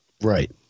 right